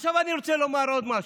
עכשיו אני רוצה לומר עוד משהו: